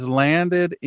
landed